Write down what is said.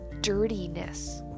dirtiness